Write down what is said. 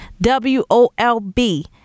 W-O-L-B